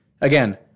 Again